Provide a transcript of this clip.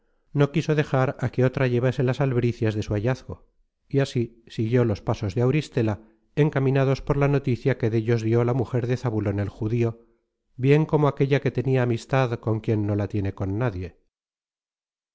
no quiso dejar á que otra llevase las albricias de su hallazgo y así siguió los pasos de auristela encaminados por la noticia que dellos dió la mujer de zabulon el judío bien como aquella que tenia amistad con quien no la tiene con nadie